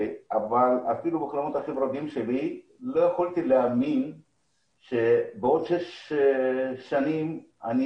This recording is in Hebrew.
אפילו בחלומות שלי לא יכולתי להאמין שבעוד שש שנים אני